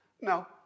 No